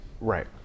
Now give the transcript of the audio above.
Right